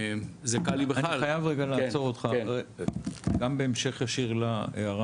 אני חייב רגע לעצור אותך גם בהמשך ישיר להערה